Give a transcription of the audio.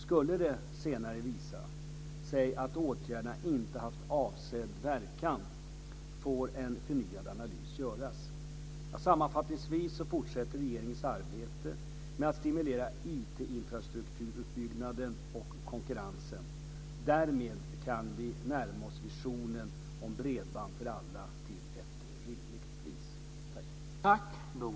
Skulle det senare visa sig att åtgärderna inte haft avsedd verkan, får en förnyad analys göras. Sammanfattningsvis fortsätter regeringens arbete med att stimulera IT-infrastrukturutbyggnaden och konkurrensen. Därmed kan vi närma oss visionen om bredband för alla till ett rimligt pris.